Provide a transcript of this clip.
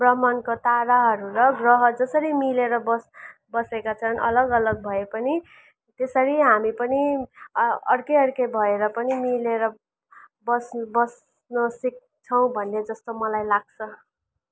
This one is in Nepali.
ब्रह्माण्डका ताराहरू र ग्रह जसरी मिलेर बस् बसेका छन् अलग अलग भए पनि त्यसरी हामी पनि अ अर्कै अर्कै भएर पनि मिलेर बस्नु बस्न सक्छौँ भन्ने जस्तो मलाई लाग्छ